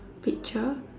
picture